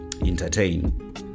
entertain